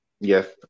Yes